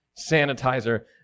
sanitizer